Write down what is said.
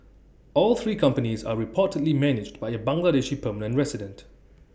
all three companies are reportedly managed by A Bangladeshi permanent resident